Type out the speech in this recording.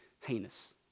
heinous